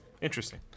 interesting